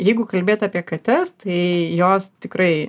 jeigu kalbėt apie kates tai jos tikrai